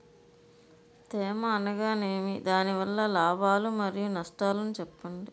తేమ అనగానేమి? దాని వల్ల లాభాలు మరియు నష్టాలను చెప్పండి?